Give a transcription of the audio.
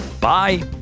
bye